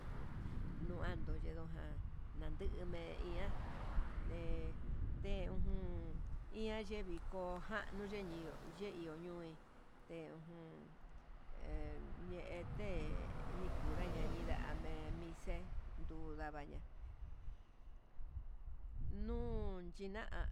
Ujun nundanto ninrojan nandutu no iha té ujun ian yevii, ko'o janu yeniu yeio yuein teujun he ye'e niete kunra yañinda'a me'e mixe n nia, nuyina'a